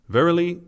Verily